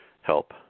help